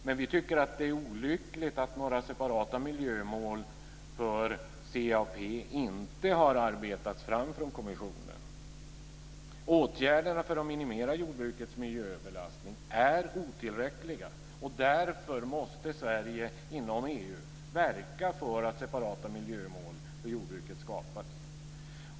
Men vi tycker att det är olyckligt att några separata miljömål för CAP inte har arbetats fram från kommissionen. Åtgärderna för att minimera jordbrukets miljöbelastning är otillräckliga. Därför måste Sverige inom EU verka för att separata miljömål för jordbruket skapas.